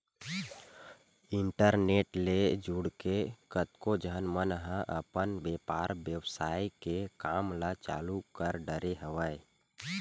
internet ले जुड़के कतको झन मन ह अपन बेपार बेवसाय के काम ल चालु कर डरे हवय